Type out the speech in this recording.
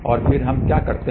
और फिर हम क्या करते हैं